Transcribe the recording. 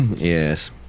Yes